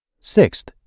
Sixth